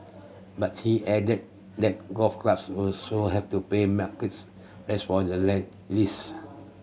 but he added that golf clubs would so have to pay markets rates for the lease